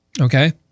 Okay